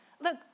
look